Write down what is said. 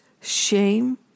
shame